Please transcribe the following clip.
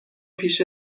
پیش